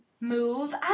move